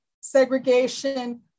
segregation